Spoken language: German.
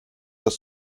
das